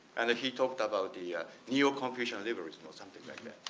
and he talked about the neo confucian liberalism or something like that.